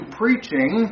preaching